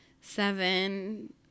seven